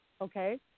okay